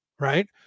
right